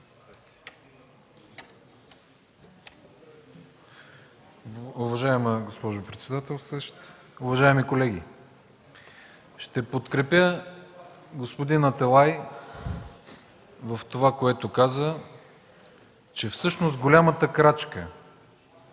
Уважаема госпожо председателстващ, уважаеми колеги! Ще подкрепя господин Аталай в това, което каза – че всъщност голямата крачка